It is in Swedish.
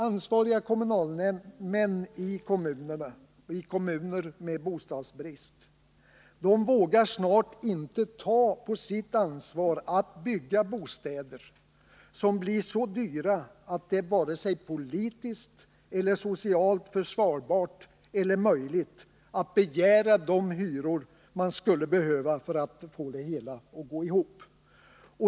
Ansvariga kommunalmän i kommuner med bostadsbrist vågar snart inte ta på sitt ansvar att bygga bostäder, som blir så dyra att det varken är politiskt eller socialt försvarbart eller möjligt att begära de hyror man skulle behöva för att få det hela att gå ihop.